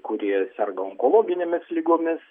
kurie serga onkologinėmis ligomis